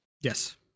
Yes